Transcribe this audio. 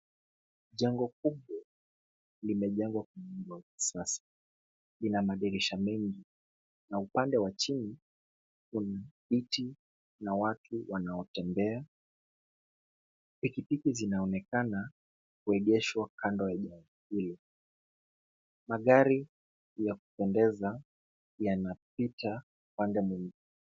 Jengo kubwa limejengwa kwa muundo wa kisasa. Lina madirisha mengi. Na upande wa chini, kuna vitu na watu wanaotembea. Pikipiki zinaonekana kuegeshwa kando ya jengo hilo. Magari ya kupendeza yanapita upande mwingine.